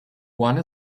one